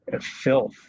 filth